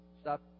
stop